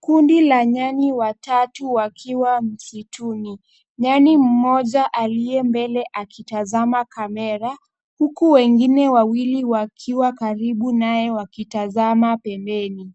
Kundi ya nyani watatu wakiwa msituni. Nyani mmoja aliye mbele akitazama kamera, huku wengine wawili wakiwa karibu naye wakitazma pembeni.